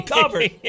covered